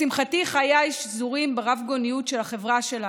לשמחתי, חיי שזורים ברבגוניות של החברה שלנו,